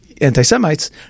anti-Semites